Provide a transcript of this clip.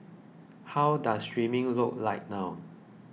how does streaming look like now